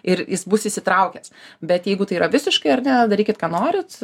ir jis bus įsitraukęs bet jeigu tai yra visiškai ar ne darykit ką norit